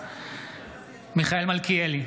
מיכאל מלכיאלי,